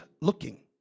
looking